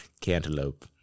Cantaloupe